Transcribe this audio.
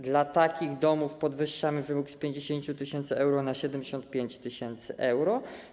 Dla takich domów podwyższamy wymóg z 50 tys. euro do 75 tys. euro.